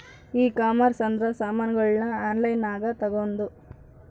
ಈ ಕಾಮರ್ಸ್ ಅಂದ್ರ ಸಾಮಾನಗಳ್ನ ಆನ್ಲೈನ್ ಗ ತಗೊಂದು